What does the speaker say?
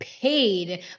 paid